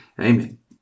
Amen